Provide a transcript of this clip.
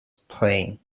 playing